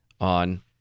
on